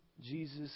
Jesus